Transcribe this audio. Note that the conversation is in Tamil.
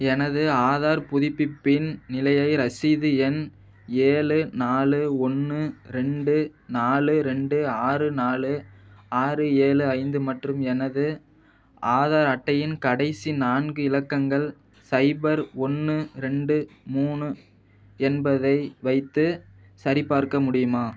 எனது ஆதார் புதுப்பிப்பின் நிலையை ரசீது எண் ஏழு நாலு ஒன்று ரெண்டு நாலு ரெண்டு ஆறு நாலு ஆறு ஏழு ஐந்து மற்றும் எனது ஆதார் அட்டையின் கடைசி நான்கு இலக்கங்கள் சைபர் ஒன்று ரெண்டு மூணு என்பதை வைத்து சரிபார்க்க முடியுமா